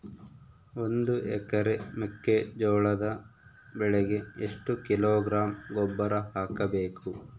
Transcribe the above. ಒಂದು ಎಕರೆ ಮೆಕ್ಕೆಜೋಳದ ಬೆಳೆಗೆ ಎಷ್ಟು ಕಿಲೋಗ್ರಾಂ ಗೊಬ್ಬರ ಹಾಕಬೇಕು?